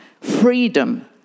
Freedom